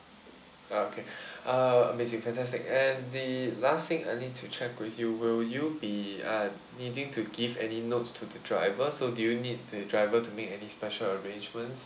ah okay uh amazing fantastic and the last thing I need to check with you will you be uh needing to give any notes to the driver so do you need the driver to make any special arrangements